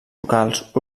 locals